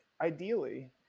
ideally